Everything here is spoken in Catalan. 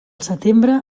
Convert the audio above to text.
setembre